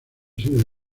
sirve